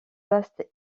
vaste